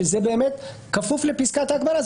שזה באמת כפוף לפסקת ההגבלה.